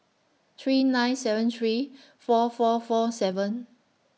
three nine seven three four four four seven